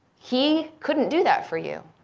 he couldn't do that for you.